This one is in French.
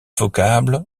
vocable